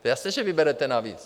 Jasně že vyberete navíc, ne?